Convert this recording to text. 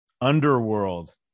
Underworld